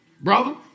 Brother